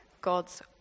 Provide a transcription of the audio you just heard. God's